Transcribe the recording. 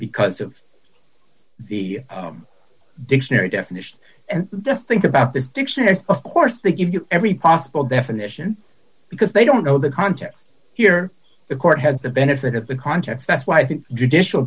because of the dictionary definition and the think about the dictionary of course they give you every possible definition because they don't know the context here the court has the benefit of the contents that's why i think judicial